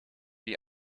die